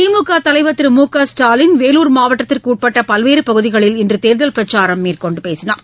திமுக தலைவர் திரு மு க ஸ்டாலின் வேலூர் மாவட்டத்திற்கு உட்பட்ட பல்வேறு பகுதிகளில் இன்று தேர்தல் பிரச்சாரம் மேற்கொண்டு பேசினார்